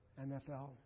NFL